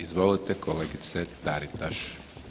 Izvolite kolegice Taritaš.